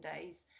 days